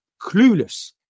clueless